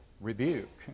rebuke